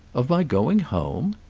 of my going home?